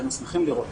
היינו שמחים לראות.